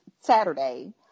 Saturday